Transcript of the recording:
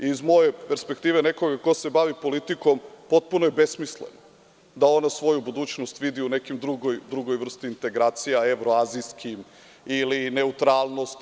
Iz moje perspektive nekog ko se bavi politikom potpuno je besmisleno da ona svoju budućnost vidi u nekoj drugoj vrsti integracija, evroazijskim ili neutralnost.